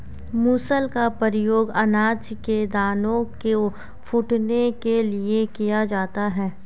मूसल का प्रयोग अनाज के दानों को कूटने के लिए किया जाता है